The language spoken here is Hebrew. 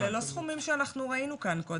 אלא לא סכומים שאנחנו ראינו כאן קודם.